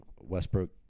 Westbrook